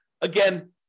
Again